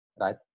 right